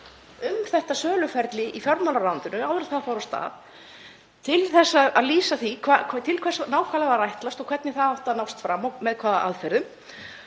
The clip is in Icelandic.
um þetta söluferli í fjármálaráðuneytinu áður en það fór af stað til að lýsa því til hvers nákvæmlega var ætlast og hvernig það átti að nást fram og með hvaða aðferðum